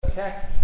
text